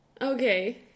Okay